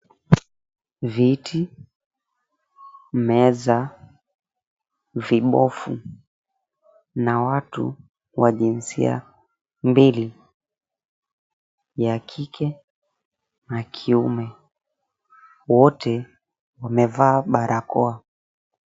Viti, meza, vibofu na watu wa jinsia mbili ya kike na kiume wote wamevaa barakoa.